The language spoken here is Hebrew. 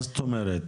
מה זאת אומרת?